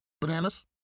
Bananas